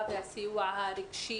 שלא יידבקו.